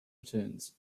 returns